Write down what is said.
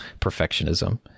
perfectionism